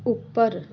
ਉੱਪਰ